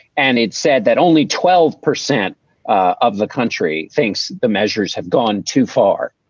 and it said that only twelve percent of the country thinks the measures have gone too far.